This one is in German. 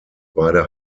beide